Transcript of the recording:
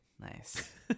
Nice